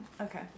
Okay